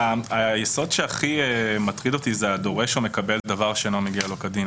היסוד שהכי מטריד אותי זה ה"דורש או מקבל דבר שאינו מגיע לו כדין".